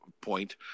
point